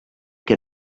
que